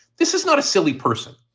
this is not a silly person.